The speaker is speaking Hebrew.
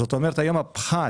זאת אומרת, היום, הפחת